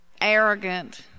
arrogant